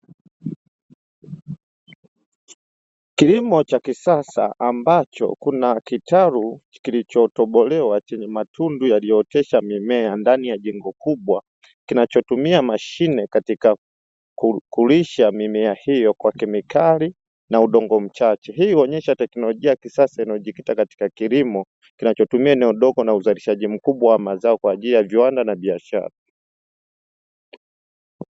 Kilimo cha kisasa ambacho kuna kitalu kilichotobolewa chenye matundu yaliyootesha mimea ndani ya jengo kubwa kinachotumia mashine katika kulisha mimea hiyo kwa kemikali na udongo mchache, hii huonyesha teknolojia ya kisasa inayojikita katika kilimo kinachotumia eneo ndogo na uzalishaji mkubwa wa mazao kwa ajili ya viwanda na biashara.